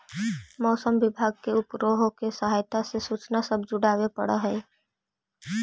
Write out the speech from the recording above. मौसम विभाग के उपग्रहों के सहायता से सूचना सब जुटाबे पड़ हई